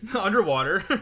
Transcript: underwater